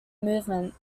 movement